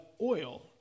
oil